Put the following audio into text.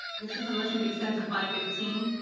this is a motion to extend to five fifteen.